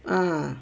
ah